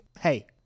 hey